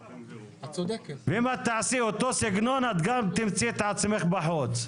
אם תעשי אותו סגנון את גם תמצאי את עצמך בחוץ,